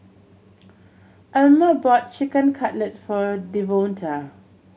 Alma bought Chicken Cutlet for Devonta